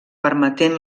permetent